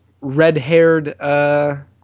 red-haired